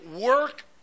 work